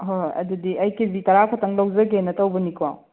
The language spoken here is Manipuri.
ꯑꯍꯣꯏ ꯍꯣꯏ ꯑꯗꯨꯗꯤ ꯑꯩ ꯀꯦ ꯖꯤ ꯇꯔꯥ ꯈꯛꯇꯪ ꯂꯧꯖꯒꯦꯅ ꯇꯧꯕꯅꯤꯀꯣ